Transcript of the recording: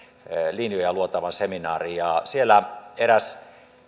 linjoja luotaavan seminaarin ja siellä eräs